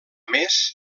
més